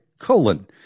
colon